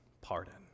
pardon